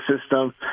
system